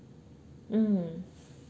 mm